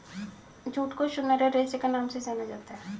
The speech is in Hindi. जूट को सुनहरे रेशे के नाम से जाना जाता है